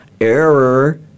Error